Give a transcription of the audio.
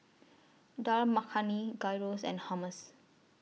Dal Makhani Gyros and Hummus